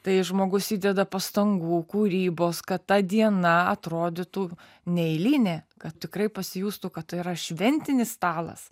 tai žmogus įdeda pastangų kūrybos kad ta diena atrodytų neeilinė kad tikrai pasijustų kad tai yra šventinis stalas